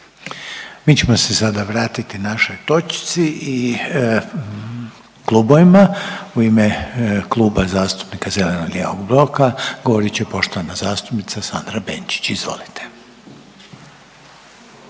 Mi ćemo se sada vratiti našoj točci i klubovima u ime Kluba zastupnika zeleno-lijevog bloka govorit će poštovana zastupnica Sandra Benčić. Izvolite.